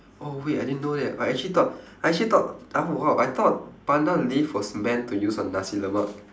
oh wait I didn't know that I actually thought I actually thought oh !wow! I thought pandan leaf was meant to use on nasi lemak